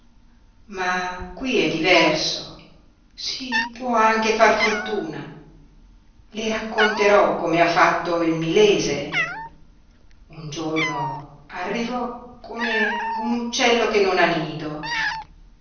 ma qui è diverso si può anche far fortuna le racconterò come ha fatto il milese un giorno arrivò come un uccello che non ha nido